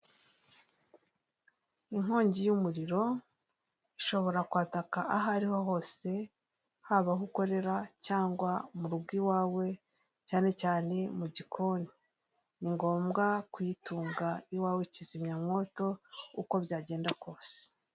Inkongi y'umuriro ishobora kwataka aho ariho hose haba aho ukorera cyangwa mu rugo iwawe cyane cyane mu gikoni ni ngombwa kuyitunga iwawe kizimyamwoto uko byagenda kose.